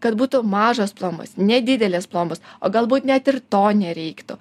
kad būtų mažos planus nedidelės plombos o galbūt net ir to nereiktų